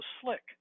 slick